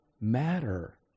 matter